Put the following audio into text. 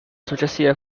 successive